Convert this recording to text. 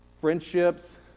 friendships